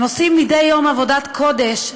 הם עושים מדי יום עבודת קודש.